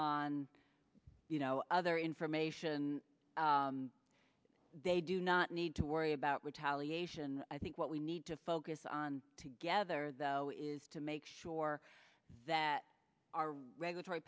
on you know other information they do not need to worry about retaliation i think what we need to focus on together though is to make sure that our regulatory